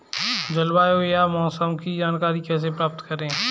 जलवायु या मौसम की जानकारी कैसे प्राप्त करें?